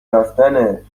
رفتنت